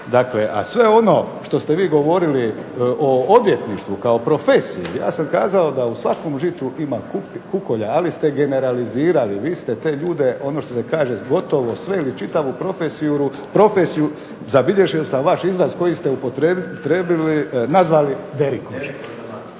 Dakle, a sve ono što ste vi govorili o odvjetništvu kao profesiji ja sam kazao da u svakom žitu ima kukolja, ali ste generalizirali. Vi ste te ljude, ono što se kaže gotovo sveli čitavu profesiju, zabilježio sam vaš izraz koji ste upotrijebili, nazvali derikože.